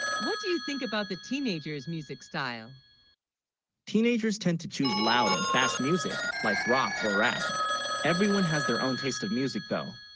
what, do you think, about the teenagers music style teenagers tend to choose loud, and fast music like rock or rap everyone has their, own taste of music though